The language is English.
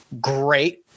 great